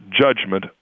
judgment